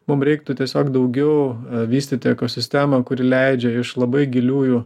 mum reiktų tiesiog daugiau vystyti ekosistemą kuri leidžia iš labai giliųjų